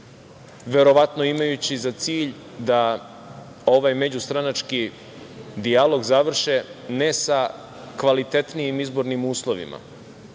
verovatno imajući za cilj da ovaj međustranački dijalog završe ne sa kvalitetnijim izbornim uslovima,